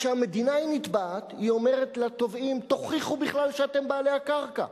כשהמדינה היא הנתבעת היא אומרת לתובעים: תוכיחו בכלל שאתם בעלי הקרקע,